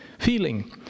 Feeling